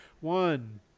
one